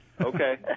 Okay